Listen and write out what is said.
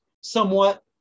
somewhat